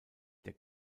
der